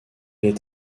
est